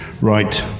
right